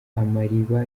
amariba